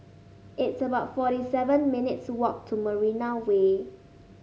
it's about forty seven minutes' walk to Marina Way